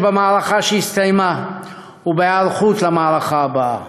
במערכה שהסתיימה ובהיערכות למערכה הבאה.